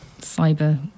cyber